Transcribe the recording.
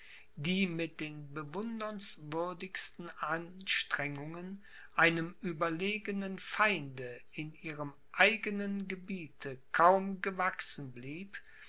die mit den bewundernswürdigsten anstrengungen einem überlegenen feinde in ihrem eigenen gebiete kaum gewachsen blieb